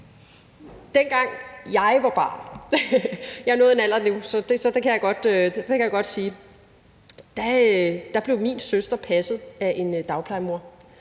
jeg godt kan sige det – blev min søster passet af en dagplejemor,